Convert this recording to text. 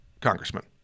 congressman